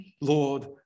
Lord